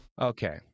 Okay